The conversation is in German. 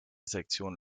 sektion